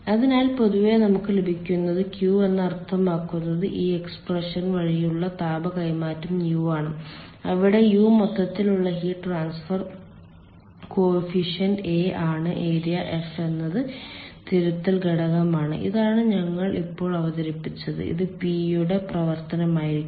അതിനാൽ പൊതുവെ നമുക്ക് ലഭിക്കുന്നത് Q എന്ന് അർത്ഥമാക്കുന്നത് ഈ എക്സ്പ്രഷൻ വഴിയുള്ള താപ കൈമാറ്റം u ആണ് അവിടെ u മൊത്തത്തിലുള്ള ഹീറ്റ് ട്രാൻസ്ഫർ കോഫിഫിഷ്യന്റ് a ആണ് ഏരിയ F എന്നത് തിരുത്തൽ ഘടകമാണ് ഇതാണ് ഞങ്ങൾ ഇപ്പോൾ അവതരിപ്പിച്ചത് ഇത് P യുടെ പ്രവർത്തനമായിരിക്കും